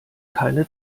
keine